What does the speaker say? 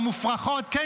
המופרכות שלה,